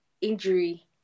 injury